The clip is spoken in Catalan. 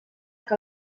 que